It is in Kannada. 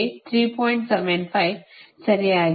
75 ಸರಿಯಾಗಿದೆ